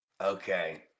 Okay